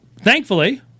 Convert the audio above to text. Thankfully